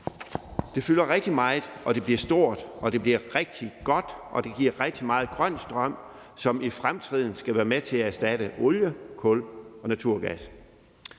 Det fylder rigtig meget, det bliver stort, det bliver rigtig godt, og det giver rigtig meget grøn strøm, som i fremtiden skal være med til at erstatte olie, kul og naturgas.